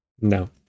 No